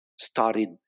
started